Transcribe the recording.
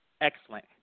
excellent